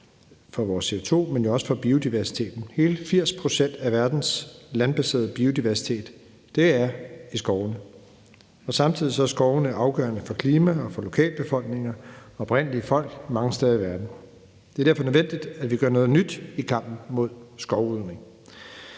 for vores CO2, men jo også for biodiversiteten. Hele 80 pct. af verdens landbaserede biodiversitet er i skovene. Samtidig er skovene afgørende for klima og for lokalbefolkninger, oprindelige folk, mange steder i verden. Det er derfor nødvendigt, at vi gør noget nyt i kampen mod skovrydning.